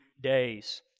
days